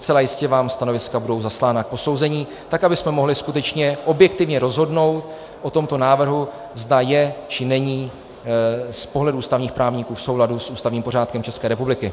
Zcela jistě vám stanoviska budou zaslána k posouzení, tak abychom mohli skutečně objektivně rozhodnout o tomto návrhu, zda je, či není z pohledu ústavních právníků v souladu s ústavním pořádkem České republiky.